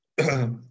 Okay